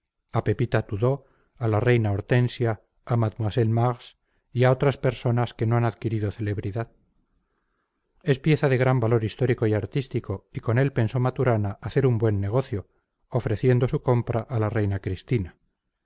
a pepita tudó a la reina hortensia a mademoiselle mars y a otras personas que no han adquirido celebridad es pieza de gran valor histórico y artístico y con él pensó maturana hacer un buen negocio ofreciendo su compra a la reina cristina